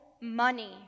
money